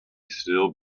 still